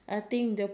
sorry